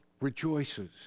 rejoices